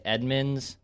Edmonds